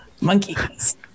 monkeys